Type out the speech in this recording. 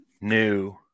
new